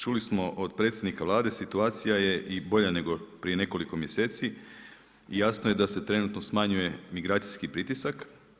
Čuli smo o predsjednika Vlade, situacija je i bolja nego prije nekoliko mjeseci, jasno je da se trenutno smanjuje migracijski pritisak.